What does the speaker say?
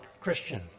Christian